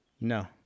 no